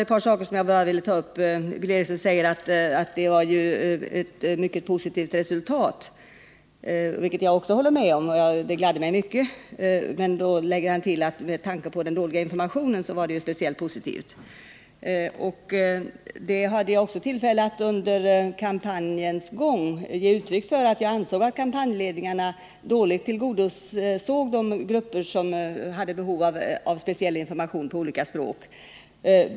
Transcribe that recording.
12 maj 1980 Billy Eriksson säger vidare att invandrarnas deltagande i folkomröstning en var mycket högt. Det är riktigt, och det gladde mig mycket. Billy Eriksson tillade att resultatet får anses vara positivt, speciellt med tanke på den dåliga informationen. Till detta vill jag säga att jag under kampanjens gång gav uttryck för att jag ansåg att kampanjledningarna dåligt tillgodosåg de grupper som hade behov av speciell information på olika språk.